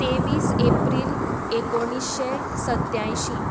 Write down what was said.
तेवीस एप्रिल एकोणिशें सत्याशीं